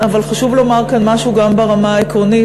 אבל חשוב לומר כאן משהו גם ברמה העקרונית.